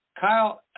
Kyle